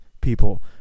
people